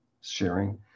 sharing